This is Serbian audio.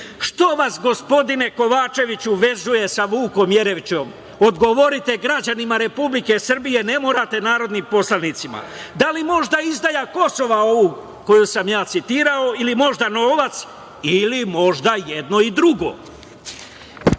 vas, gospodine Kovačeviću, vezuje sa Vukom Jeremićem? Odgovorite građanima Republike Srbije, ne morate narodnim poslanicima. Da li možda izdaja Kosova, ovu koju sam ja citirao, ili možda novac, ili možda i jedno i